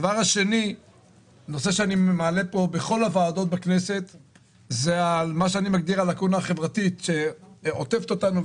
נושא נוסף זה מה שאני מגדיר הלקונה החברתית שעוטפת אותנו,